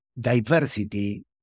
diversity